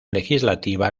legislativa